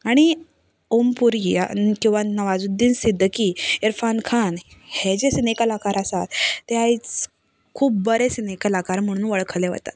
आनी ओम पुरी ह्या किंवा नवाजुद्दीन सिद्दिकी इरफान खान हे जे सिनेकलाकार आसात ते आयज खूब बरे सिनेकलाकार म्हणून वळखले वतात